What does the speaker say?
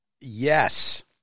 Yes